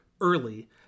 early